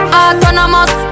autonomous